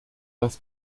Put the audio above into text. das